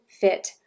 fit